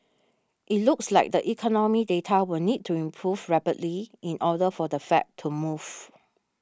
it looks like the economic data will need to improve rapidly in order for the Fed to move